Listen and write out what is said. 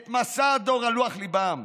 את משא הדור על לוח ליבם.